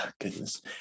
goodness